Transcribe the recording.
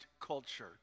culture